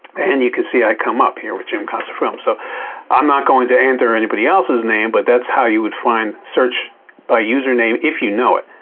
and you can see, i come up here with jim costa films, so i'm not going to enter anybody else's name, but that's how you would find search by username if you know it.